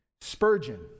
Spurgeon